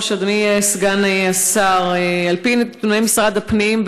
נתוני משרד הפנים,